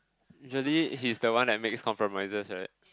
usually he is the one who make compromises right